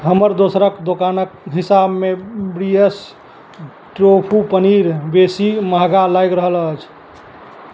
हमरा दोसरके दोकानके हिसाबमे पनीर बेसी महगा लागि रहल अछि